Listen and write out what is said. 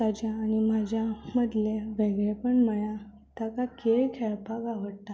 ताच्या आनी म्हज्या मदलें वेगळेंपण म्हणल्यार ताका खेळ खेळपाक आवडटा